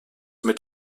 mit